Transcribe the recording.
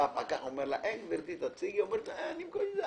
בא הפקח ואומר לה: גברתי, תציגי את הכרטיס המתוקף.